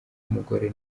umugore